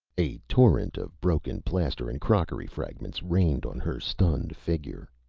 a torrent of broken plaster, and crockery fragments rained on her stunned figure.